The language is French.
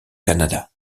canada